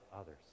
others